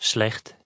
Slecht